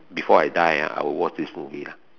before I die ah I would watch this movie ah